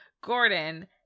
Gordon